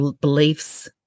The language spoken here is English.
beliefs